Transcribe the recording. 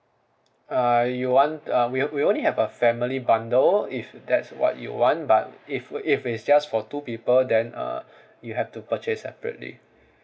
uh you want uh we we only have a family bundle if that's what you want but if if it's just for two people then uh you have to purchase separately